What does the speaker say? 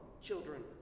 children